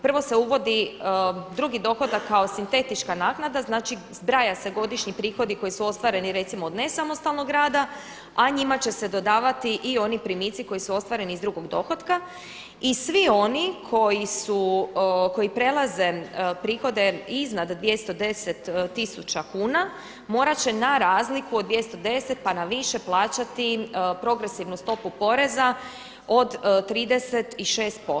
Prvo se uvodi drugi dohodak kao sintetička naknada, znači zbraja se godišnji prihodio koji su ostvareni recimo od nesamostalnog rada, a njima će se dodavati i oni primici koji su ostvareni iz drugog dohotka i svi oni koji su, koji prelaze prihode iznad 210 tisuća kuna morat će na razliku od 210 pa na više plaćati progresivnu stopu poreza od 36%